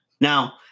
Now